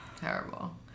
Terrible